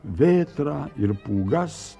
vėtrą ir pūgas